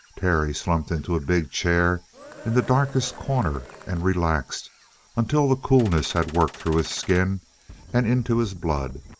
terry slumped into a big chair in the darkest corner and relaxed until the coolness had worked through his skin and into his blood.